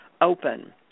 open